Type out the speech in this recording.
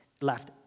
left